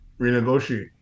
renegotiate